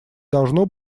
должно